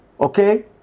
okay